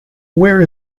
where